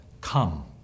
come